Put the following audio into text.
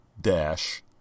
dash